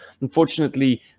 Unfortunately